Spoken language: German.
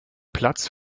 platz